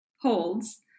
holds